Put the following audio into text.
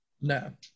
No